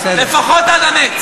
לפחות עד הנץ.